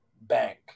bank